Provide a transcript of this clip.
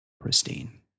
pristine